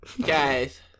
Guys